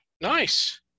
Nice